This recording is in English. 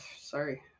sorry